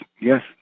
yes